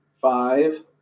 Five